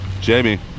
Jamie